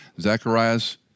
Zechariah's